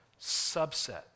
subset